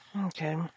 Okay